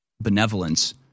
benevolence